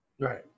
Right